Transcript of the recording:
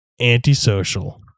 Antisocial